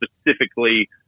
specifically